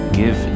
give